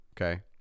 Okay